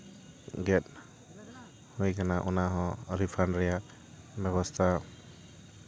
ᱜᱮᱫ ᱦᱩᱭ ᱟᱠᱟᱱᱟ ᱚᱱᱟ ᱦᱚᱸ ᱨᱤᱯᱷᱟᱰ ᱨᱮᱭᱟᱜ ᱵᱮᱵᱚᱥᱛᱷᱟ